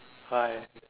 hi